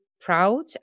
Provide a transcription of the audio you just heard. proud